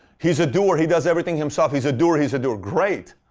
he's a doer. he does everything himself. he's a doer. he's a doer. great.